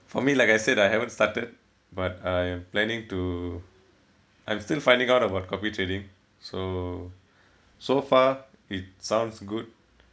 for me like I said I haven't started but I am planning to I'm still finding out about copy trading so so far it sounds good